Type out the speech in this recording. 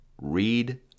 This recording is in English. Read